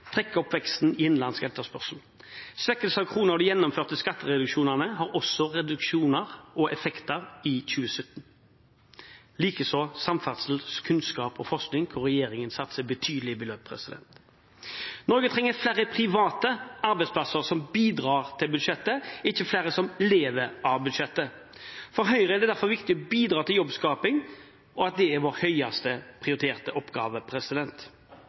veksten i innenlandsk etterspørsel. Både svekkelsen av kronen og de gjennomførte skattereduksjonene har også effekter i 2017, likeså samferdsel, kunnskap og forskning, hvor regjeringen satser betydelige beløp. Norge trenger flere private arbeidsplasser som bidrar til statsbudsjettet, ikke flere som lever av statsbudsjettet. For Høyre er det derfor viktig å bidra til jobbskaping, og det er vår høyest prioriterte